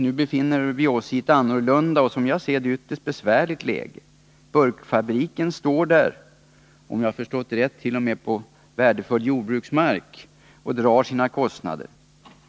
Nu befinner vi oss i ett annorlunda och som jag ser det ytterst besvärligt läge. Burkfabriken står där, om jag har förstått det rätt, t.o.m. på värdefull jordbruksmark och drar sina kostnader.